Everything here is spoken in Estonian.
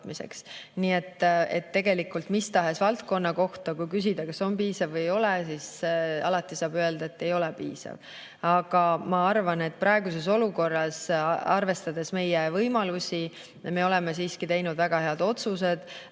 Nii et tegelikult mis tahes valdkonna kohta, kui küsida, kas on piisav või ei ole, saab alati öelda, et ei ole piisav. Aga ma arvan, et praeguses olukorras, arvestades meie võimalusi, me oleme siiski teinud väga head otsused,